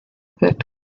pit